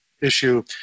issue